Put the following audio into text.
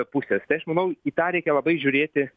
pusės tai aš manau į tą reikia labai žiūrėti